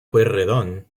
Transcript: pueyrredón